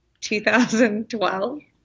2012